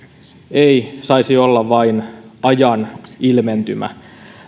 ei saisi olla vain ajan ilmentymä